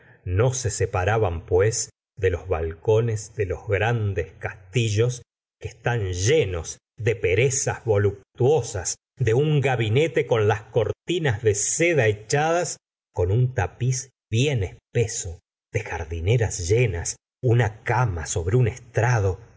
de bovary raban pues de los balcones de los grandes castillos que están llenos de perezas voluptuosas de un gabinete con las cortinas de seda echadas con un tapiz bien espeso de jardineras llenas una cama sobre un estrado